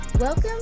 Welcome